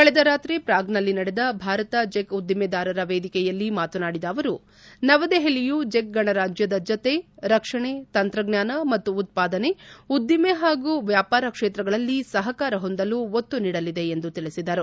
ಕಳೆದ ರಾತ್ರಿ ಪ್ರಾಗ್ನಲ್ಲಿ ನಡೆದ ಭಾರತ ಚೆಕ್ ಉದ್ದಿಮೆದಾರರ ವೇದಿಕೆಯಲ್ಲಿ ಮಾತನಾಡಿದ ಅವರು ನವದೆಹಲಿಯು ಚೆಕ್ ಗಣರಾಜ್ಯದ ಜತೆ ರಕಷಣೆ ತಂತ್ರಜ್ಞಾನ ಮತ್ತು ಉತ್ಪಾದನೆ ಉದ್ದಿಮೆ ಹಾಗೂ ವ್ಯಾಪಾರ ಕ್ಷೇತ್ರಗಳಲ್ಲಿ ಸಹಕಾರ ಹೊಂದಲು ಒತ್ತು ನೀಡಲಿದೆ ಎಂದು ತಿಳಿಸಿದರು